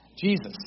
Jesus